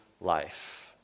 life